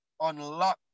unlock